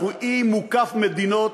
אנחנו אי מוקף מדינות